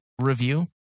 review